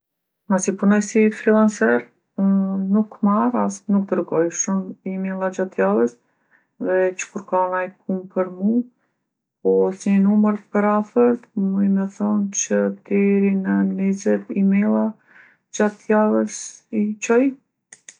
Masi punoj si frillanser, unë nuk marr as nuk dërgoj shumë imejlla gjatë javës, veç kur ka naj punë për mu. Po si numër t'përafërt muj me thonë që deri në nizet imejlla gjatë javës i çoj.